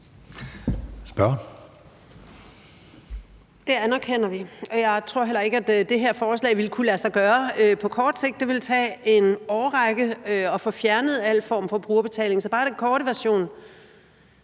(SF): Det anerkender vi, og jeg tror heller ikke, at det her forslag ville kunne lade sig gøre på kort sigt. Det ville tage en årrække at få fjernet al form for brugerbetaling. Så den korte version